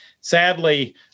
Sadly